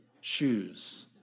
shoes